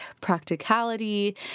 practicality